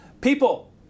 people